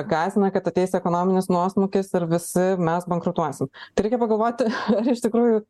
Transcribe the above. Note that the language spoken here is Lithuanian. gąsdina kad ateis ekonominis nuosmukis ir vis mes bankrutuosim tai reikia pagalvoti ar iš tikrųjų